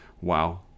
Wow